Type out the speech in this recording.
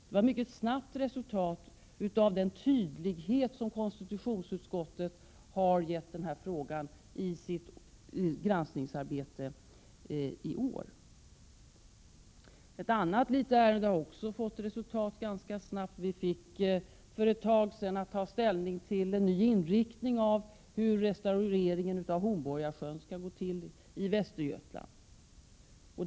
Det var ett mycket snabbt resultat av den tydlighet som konstitutionsutskottet har gett den här frågan i sitt granskningsarbete i år. I ett annat, litet ärende har det också blivit resultat ganska snabbt. För ett tag sedan fick vi ta ställning till en ny inriktning för hur restaureringen av Hornborgasjön i Västergötland skall gå till.